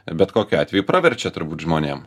bet kokiu atveju praverčia turbūt žmonėm